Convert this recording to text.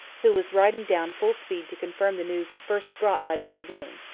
who was riding down full-speed to confirm the news first brought by the dragoon.